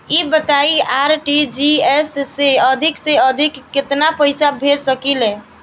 ई बताईं आर.टी.जी.एस से अधिक से अधिक केतना पइसा भेज सकिले?